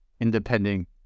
independent